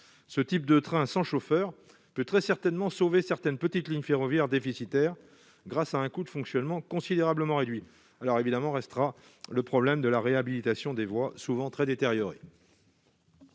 ce type de train sans chauffeur peut très certainement sauver certaines petites lignes ferroviaires déficitaires, grâce à un coût de fonctionnement considérablement réduit, alors évidemment restera le problème de la réhabilitation des voies souvent très détériorée.